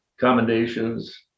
commendations